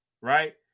right